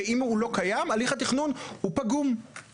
שאם הוא לא קיים הליך התכנון הוא פגום.